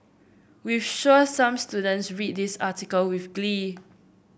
we've sure some students read this article with glee